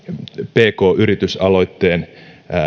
pk yritysaloitteen